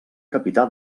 capità